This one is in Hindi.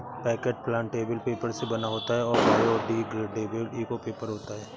पैकेट प्लांटेबल पेपर से बना होता है और बायोडिग्रेडेबल इको पेपर होता है